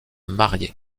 mariée